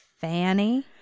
Fanny